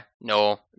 no